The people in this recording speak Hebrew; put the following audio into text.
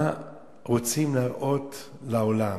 מה רוצים להראות לעולם?